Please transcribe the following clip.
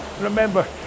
Remember